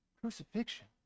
crucifixion